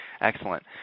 Excellent